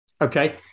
Okay